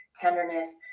tenderness